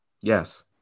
Yes